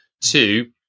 two